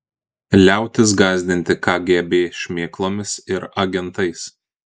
liautis gąsdinti kgb šmėklomis ir agentais